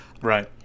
Right